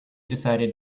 decided